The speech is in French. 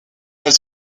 elle